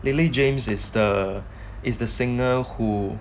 lily james is the is the singer who